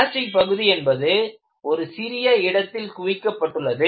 plastic பகுதி என்பது ஒரு சிறிய இடத்தில் குவிக்கப்பட்டுள்ளது